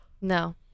No